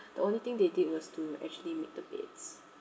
the only thing they did was to actually make the beds